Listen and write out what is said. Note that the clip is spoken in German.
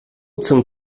zum